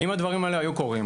אם הדברים האלה היו קורים,